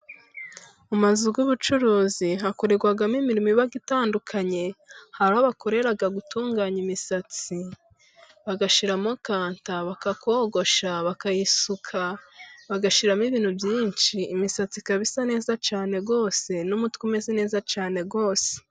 Mu mazu y'ubucuruzi hakorerwamo imirimo iba itandukanye, hari aho bakorera gutunganya imisatsi ,bagashiramo kanta ,bakayogosha ,bakayisuka bagashyiramo ibintu byinshi ,imisatsi ikaba isa neza cyane rwose, n'umutwe umeze neza cyane rwose.